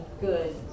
good